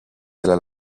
della